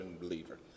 believer